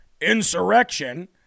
insurrection